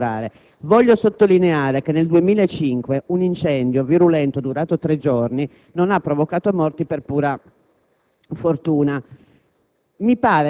costringeva a lavorare. Voglio sottolineare che nel 2005 un incendio virulento durato tre giorni non ha provocato morti per pura fortuna.